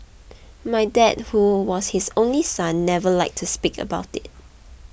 my dad who was his only son never liked to speak about it